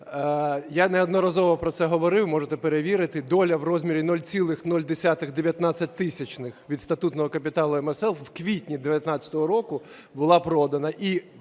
я неодноразово про це говорив, можете перевірити, доля в розмірі 0,019 від статутного капіталу МСЛ в квітні 19-го року була продана.